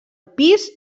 pis